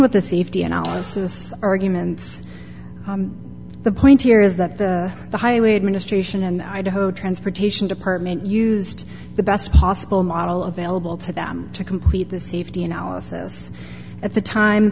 with the safety analysis argument the point here is that the the highway administration and idaho transportation department used the best possible model of vailable to them to complete the safety analysis at the time